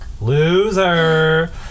Loser